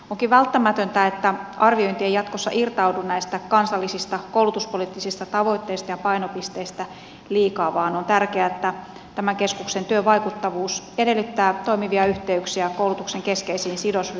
onkin välttämätöntä että arviointi ei jatkossa irtaudu näistä kansallisista koulutuspoliittisista tavoitteista ja painopisteistä liikaa vaan on tärkeää että tämän keskuksen työn vaikuttavuus edellyttää toimivia yhteyksiä koulutuksen keskeisiin sidosryhmiin